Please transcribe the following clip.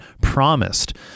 promised